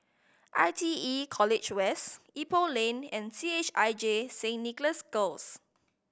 I T E College West Ipoh Lane and C H I J Saint Nicholas Girls